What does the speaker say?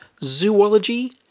zoology